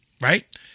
Right